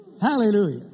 Hallelujah